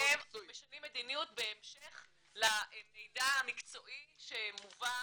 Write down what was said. אתם משנים מדיניות בהמשך למידע המקצועי שמובא